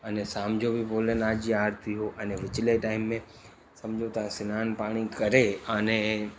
अने शाम जो बि भोलेनाथ जी आरती जो अने पिछले टाइम में सम्झो त सनानु पाणी करे आने